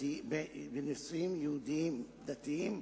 בנישואים יהודיים דתיים,